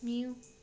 मी येऊ